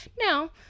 now